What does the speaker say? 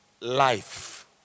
life